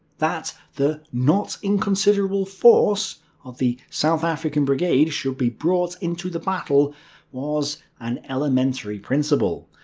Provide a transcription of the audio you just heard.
that the not inconsiderable force of the south african brigade should be brought into the battle was an elementary principle,